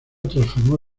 transformó